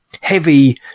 heavy